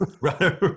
Right